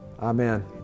Amen